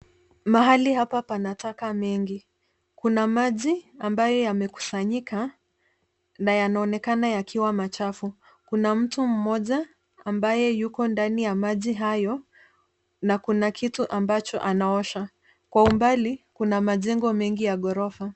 Mahali hapo pana taka mingi. Kuna maji ambayo yamekusanyika, na yanaonekana yakiwa machafu. Kuna mtu mmoja ambaye yuko ndani ya maji hayo, na kuna kitu ambacho anaosha. Kwa umbali, kuna majengo ya ghorofa.